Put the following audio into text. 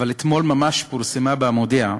אתמול ממש פורסמה ב"המודיע"